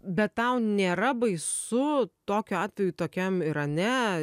bet tau nėra baisu tokiu atveju tokiam yra ne